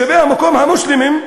תושבי המקום המוסלמים,